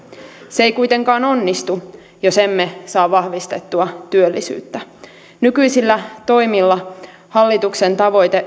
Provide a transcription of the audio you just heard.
se ei kuitenkaan onnistu jos emme saa vahvistettua työllisyyttä nykyisillä toimilla hallituksen tavoite